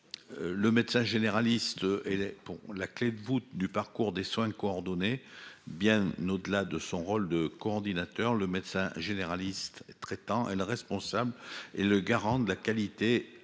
Le médecin généraliste et les ponts, la clé de voûte du parcours des soins coordonné bien au-delà de son rôle de coordinateur. Le médecin généraliste traitant et le responsable est le garant de la qualité et de